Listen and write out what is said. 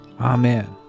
Amen